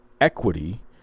equity